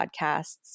podcasts